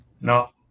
No